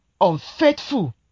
unfaithful